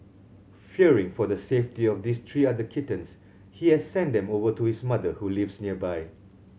fearing for the safety of his three other kittens he has sent them over to his mother who lives nearby